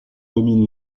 dominent